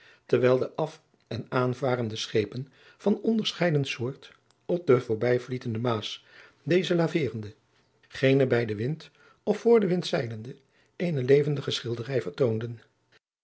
terwijl de af en aanvarende schepen van onderscheiden soort op de voorbijvlietende maas deze laverende gene bij den wind of voor den wind zeilende eene levendige schilderij vertoonden